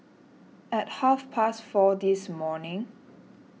at half past four this morning